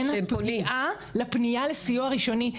בין הפגיעה לפנייה לסיוע ראשוני,